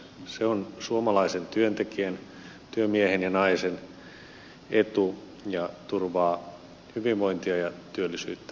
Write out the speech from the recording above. se on suomalaisen työntekijän työmiehen ja naisen etu ja turvaa hyvinvointia ja työllisyyttä meille kaikille